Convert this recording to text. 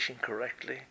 correctly